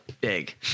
big